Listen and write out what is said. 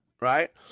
right